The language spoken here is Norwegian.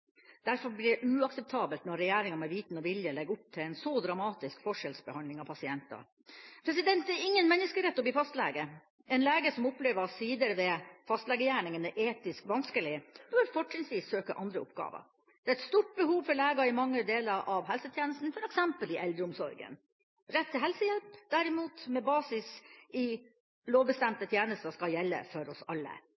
Derfor blir det uakseptabelt når regjeringa med viten og vilje legger opp til en så dramatisk forskjellsbehandling av pasienter. Det er ingen menneskerett å bli fastlege. En lege som opplever at sider ved fastlegegjerningen er etisk vanskelig, bør fortrinnsvis søke andre oppgaver. Det er et stort behov for leger i mange deler av helsetjenesten, f.eks. i eldreomsorgen. Rett til helsehjelp derimot – med basis i lovbestemte